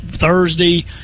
Thursday